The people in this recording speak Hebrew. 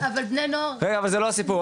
אבל זה לא הסיפור,